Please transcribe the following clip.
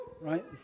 Right